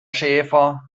schäfer